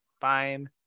fine